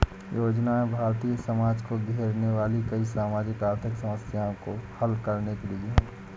योजनाएं भारतीय समाज को घेरने वाली कई सामाजिक आर्थिक समस्याओं को हल करने के लिए है